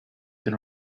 been